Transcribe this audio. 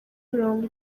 mirongo